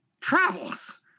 travels